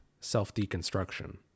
self-deconstruction